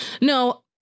No